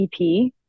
EP